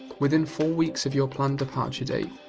within four weeks of your planned departure date,